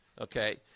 Okay